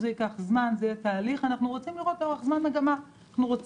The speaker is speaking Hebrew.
זה ייקח זמן, זה יהיה תהליך.